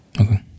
Okay